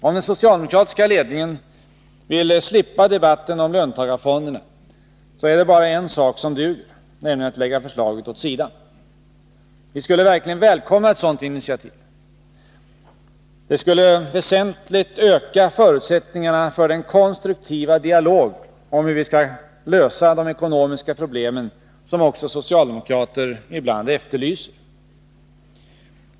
Om den socialdemokratiska ledningen vill slippa debatten om löntagarfonderna är det bara en sak som duger, nämligen att lägga förslaget åt sidan. Vi skulle verkligen välkomna ett sådant initiativ. Det skulle väsentligt öka förutsättningarna för den konstruktiva dialog om hur vi skall lösa de ekonomiska problemen som också socialdemokrater ibland efterlyser.